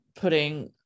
putting